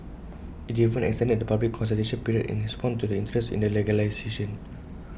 IT even extended the public consultation period in response to the interest in the legislation